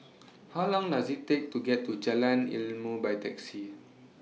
How Long Does IT Take to get to Jalan Ilmu By Taxi